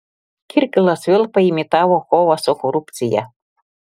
kirkilas vėl paimitavo kovą su korupcija